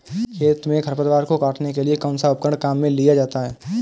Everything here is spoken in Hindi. खेत में खरपतवार को काटने के लिए कौनसा उपकरण काम में लिया जाता है?